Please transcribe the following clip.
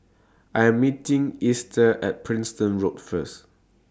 I'm meeting Easter At Preston Road First